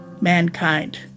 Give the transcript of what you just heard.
mankind